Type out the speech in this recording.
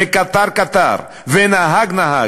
קטר-קטר ונהג-נהג.